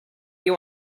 you